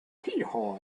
heehaw